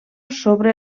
sobre